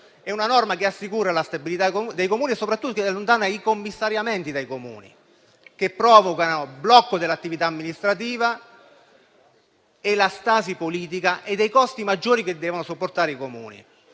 È una norma che assicura la stabilità dei Comuni e soprattutto allontana i commissariamenti dai Comuni, che provocano il blocco dell'attività amministrativa, la stasi politica e costi maggiori, che devono sopportare i Comuni